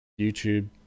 YouTube